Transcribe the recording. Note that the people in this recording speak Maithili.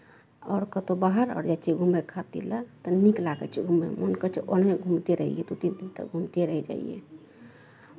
आओर कतहु बाहर आर जाइ छियै घूमय खातिर लए तऽ नीक लागै छै घूमयमे मोन करै छै ओन्नऽ घुमिते रहियै दू तीन दिन तक घुमिते रहि जइयै